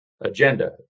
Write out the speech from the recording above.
agenda